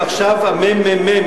ועכשיו הממ"מ,